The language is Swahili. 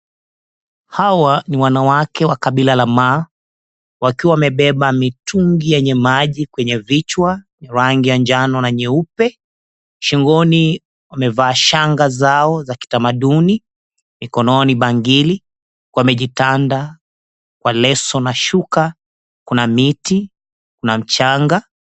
Hawa ni wanawake wa kabila la Maa, wakiwa wamebeba mitungi yenye maji kwenye vichwa, rangi ya njano na nyeupe. Shingoni wamevaa shanga zao za kitamaduni, mikononi bangili, wamejitanda kwa leso na shuka. Kuna miti, kuna mchanga.